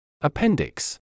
Appendix